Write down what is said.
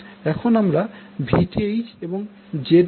এখন আমরা Vth এবং Zth এর মান পেয়েছি